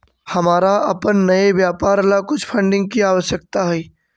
हमारा अपन नए व्यापार ला कुछ फंडिंग की आवश्यकता हई